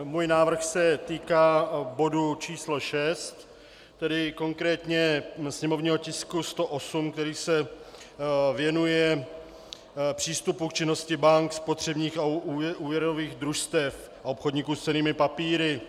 Můj návrh se týká bodu číslo 6, tedy konkrétně sněmovního tisku 108, který se věnuje přístupu k činnosti bank, spotřebních a úvěrních družstev a obchodníků s cennými papíry.